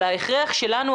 ההכרח שלנו,